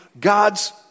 God's